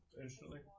instantly